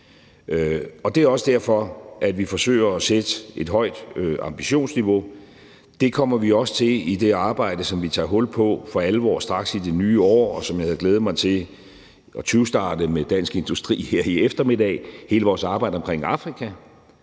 Det er også derfor, at vi forsøger at sætte et højt ambitionsniveau. Det kommer vi også til i det arbejde, som vi for alvor tager hul på straks i det nye år, og som jeg havde glædet mig til at tyvstarte sammen med Dansk Industri her i eftermiddag – hele vores arbejde omkring Afrika,